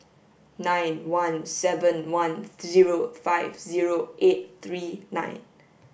nine one seven one zero five zero eight three nine